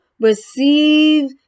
receive